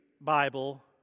Bible